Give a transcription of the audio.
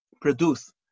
produce